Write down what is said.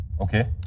Okay